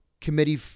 Committee